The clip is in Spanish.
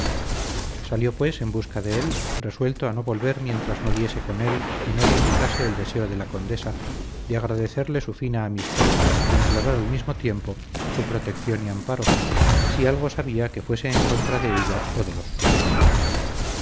salió pues en busca de él resuelto a no volver mientras no diese con él y no le indicase el deseo de la condesa de agradecerle su fina amistad e implorar al mismo tiempo su protección y amparo si algo sabía que fuese en contra de ella o de los suyos